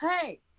Hey